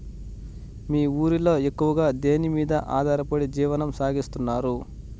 మీ ఊరిలో ఎక్కువగా దేనిమీద ఆధారపడి జీవనం సాగిస్తున్నారు?